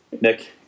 Nick